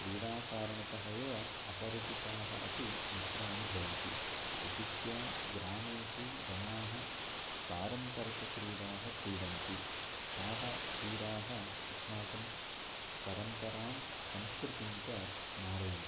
क्रीडाकारणतः एव अपरिचिताः अपि मित्राणि भवन्ति विशिष्य ग्रामेषु जनाः पारम्परिकक्रीडाः क्रीडन्ति ताः क्रीडाः अस्माकं परम्परां संस्कृतिं च स्मारयन्ति